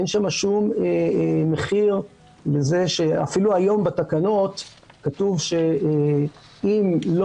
אין שם שום מחיר לזה שאפילו היום בתקנות כתוב שאם לא